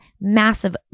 massive